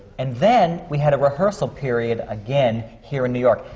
and then, we had a rehearsal period again, here in new york.